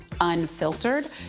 unfiltered